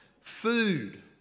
Food